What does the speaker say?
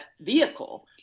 vehicle